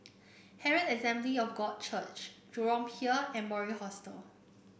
Herald Assembly of God Church Jurong Pier and Mori Hostel